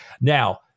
Now